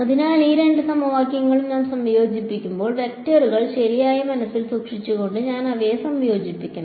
അതിനാൽ ഈ രണ്ട് സമവാക്യങ്ങളും ഞാൻ സംയോജിപ്പിക്കുമ്പോൾ വെക്റ്ററുകൾ ശരിയായി മനസ്സിൽ സൂക്ഷിച്ചുകൊണ്ട് ഞാൻ അവയെ സംയോജിപ്പിക്കണം